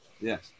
Yes